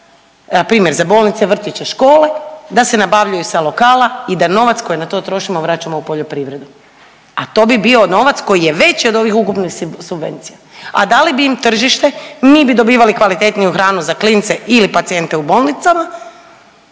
za bolnice, vrtiće, škole da se nabavljaju sa lokala i da novac koji na to trošimo vraćamo u poljoprivredu, a to bi bio novac koji je veći od ovih ukupnih subvencija, a dali bi im tržište, mi bi dobivali kvalitetniju hranu za klince ili pacijente u bolnicama